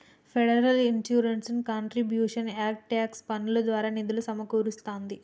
federal insurance contributions act tax పన్నుల ద్వారా నిధులు సమకూరుస్తాంది